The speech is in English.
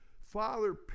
father